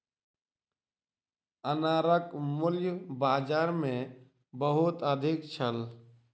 अनारक मूल्य बाजार मे बहुत अधिक छल